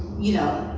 you know,